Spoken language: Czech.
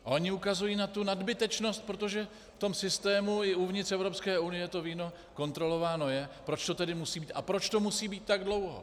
A oni ukazují na tu nadbytečnost, protože v tom systému i uvnitř Evropské unie to víno kontrolováno je, proč to tedy musí být a proč to musí být tak dlouho.